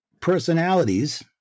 personalities